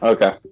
Okay